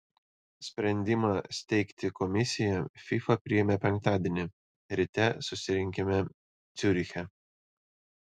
sprendimą steigti komisiją fifa priėmė penktadienį ryte susirinkime ciuriche